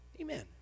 Amen